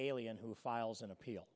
alien who files an appeal